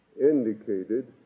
indicated